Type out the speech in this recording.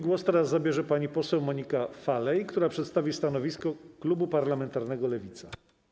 Głos teraz zabierze pani poseł Monika Falej, która przedstawi stanowisko klubu poselskiego Lewica.